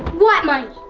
what money?